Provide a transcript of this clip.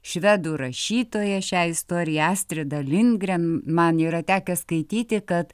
švedų rašytoja šią istoriją astrida lindgren man yra tekę skaityti kad